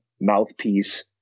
mouthpiece